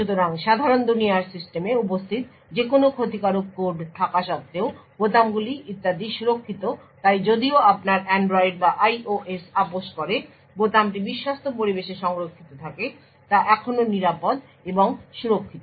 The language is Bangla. সুতরাং সাধারণ দুনিয়ার সিস্টেমে উপস্থিত যে কোনও ক্ষতিকারক কোড থাকা সত্ত্বেও বোতামগুলি ইত্যাদি সুরক্ষিত তাই যদিও আপনার অ্যান্ড্রয়েড বা IOS আপস করে বোতামটি বিশ্বস্ত পরিবেশে সংরক্ষিত থাকেতা এখনও নিরাপদ এবং সুরক্ষিত